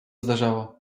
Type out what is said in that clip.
zdarzało